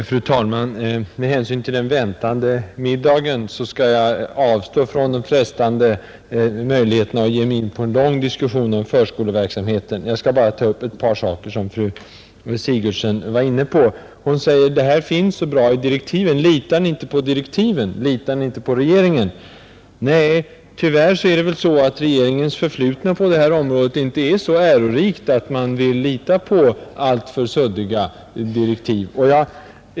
Fru talman! Med hänsyn till den väntande middagen skall jag avstå från den frestande möjligheten att ge mig in på en lång diskussion om förskoleverksamheten. Jag skall bara ta upp ett par av de saker fru Sigurdsen var inne på. Hon säger att allting står i direktiven. Hon frågar: Litar ni inte på direktiven? Litar ni inte på regeringen? Nej, tyvärr är regeringens förflutna på det här området inte så ärorikt, att man kan lita på alltför suddiga direktiv.